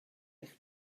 eich